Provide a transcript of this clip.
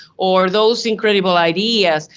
or those incredible ideas,